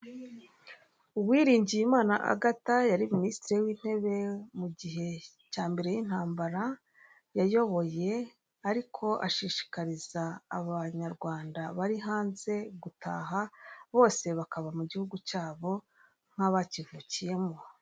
Uwiringiyimana Agatha yari minisitiri w'intebe mu gihe cya mbere y'intambara yayoboye, ariko ashishikariza abanyarwanda bari hanze gutaha bose bakaba mu gihugu cyabo nk'abakivukiyemo.